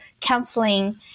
counseling